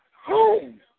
home